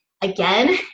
again